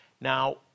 Now